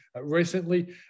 recently